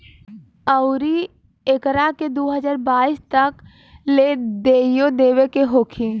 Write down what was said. अउरु एकरा के दू हज़ार बाईस तक ले देइयो देवे के होखी